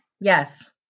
Yes